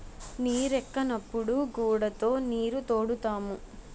నీరెక్కనప్పుడు గూడతో నీరుతోడుతాము